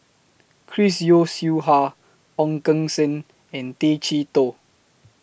Chris Yeo Siew Hua Ong Keng Sen and Tay Chee Toh